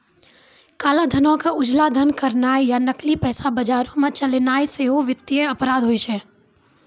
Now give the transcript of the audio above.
काला धनो के उजला धन करनाय या नकली पैसा बजारो मे चलैनाय सेहो वित्तीय अपराध होय छै